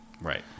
Right